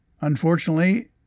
Unfortunately